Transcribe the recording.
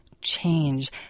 change